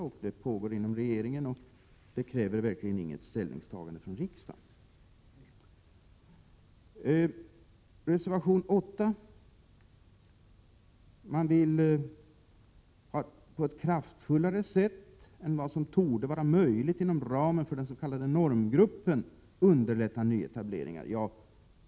Det pågår ett arbete inom regeringen, och det behövs verkligen inget ställningstagande från riksdagen. I reservation 8 vill reservanterna på ett kraftfullare sätt än vad som torde vara möjligt inom ramen för den s.k. normgruppen underlätta nyetableringar.